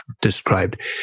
described